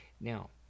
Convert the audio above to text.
now